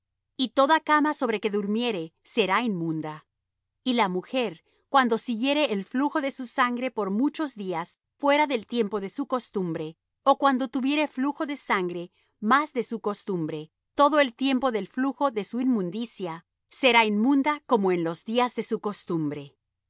y toda cama sobre que durmiere será inmunda y la mujer cuando siguiere el flujo de su sangre por muchos días fuera del tiempo de su costumbre ó cuando tuviere flujo de sangre más de su costumbre todo el tiempo del flujo de su inmundicia será inmunda como en los días de su costumbre